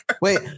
Wait